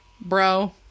Bro